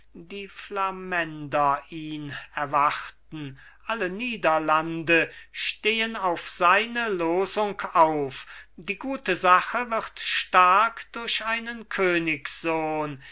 die flamänder ihn erwarten alle niederlande stehen auf seine losung auf die gute sache wird stark durch einen